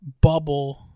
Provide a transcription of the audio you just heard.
bubble